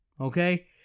Okay